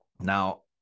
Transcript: Now